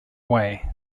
way